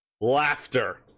Laughter